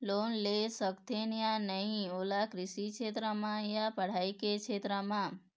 Loan ले सकथे या नहीं ओला कृषि क्षेत्र मा या पढ़ई के क्षेत्र मा?